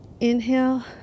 inhale